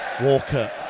Walker